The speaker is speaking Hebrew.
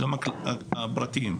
גם הפרטיים?